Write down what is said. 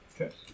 Okay